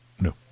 No